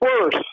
worse